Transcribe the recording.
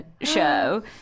show